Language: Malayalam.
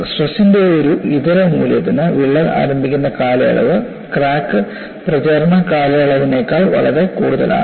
സ്ട്രെസ്ന്റെ ഒരു ഇതര മൂല്യത്തിന് വിള്ളൽ ആരംഭിക്കുന്ന കാലയളവ് ക്രാക്ക് പ്രചാരണ കാലയളവിനേക്കാൾ വളരെ കൂടുതലാണ്